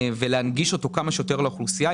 להנגיש אותו כמה שיותר לאוכלוסייה.